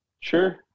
Sure